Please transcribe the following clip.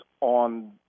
on